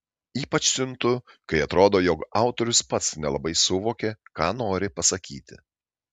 ypač siuntu kai atrodo jog autorius pats nelabai suvokė ką nori pasakyti